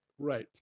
Right